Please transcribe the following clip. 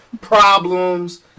problems